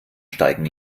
steigen